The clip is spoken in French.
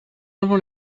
avons